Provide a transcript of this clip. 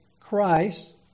Christ